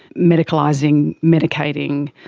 medicalising, medicating,